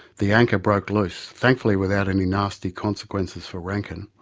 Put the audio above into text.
the anchor broke loose, thankfully without any nasty consequences for ranken,